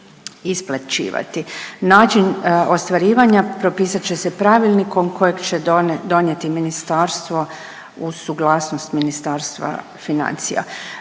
Način ostvarivanja propisat će se pravilnikom kojeg će donijeti ministarstvo uz suglasnost Ministarstva financija.